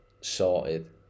sorted